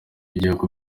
y’igihugu